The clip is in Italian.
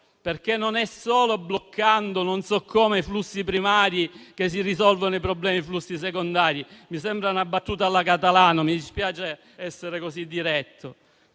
perché non è solo bloccando - non so come - i flussi primari che si risolvono i problemi dei flussi secondari: mi sembra una battuta alla Catalano e mi dispiace essere così diretto.